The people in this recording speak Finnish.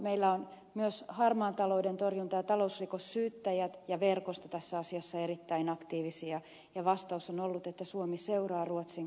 meillä ovat myös harmaan talouden torjunta ja talousrikossyyttäjät ja verkosto tässä asiassa erittäin aktiivisia ja vastaus on ollut että suomi seuraa ruotsin kokeilua